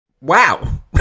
Wow